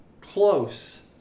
close